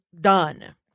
done